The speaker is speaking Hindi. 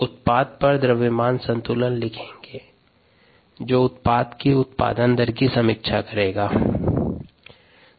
उत्पाद पर द्रव्यमान संतुलन लिखेंगे जो उत्पाद की उत्पादन की दर की समीक्षा करेगा है